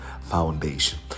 foundation